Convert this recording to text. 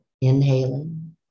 inhaling